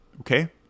Okay